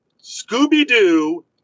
Scooby-Doo